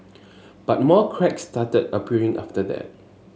but more cracks started appearing after that